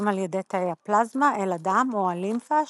על ידי תאי הפלזמה אל הדם או הלימפה,